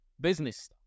business